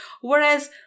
Whereas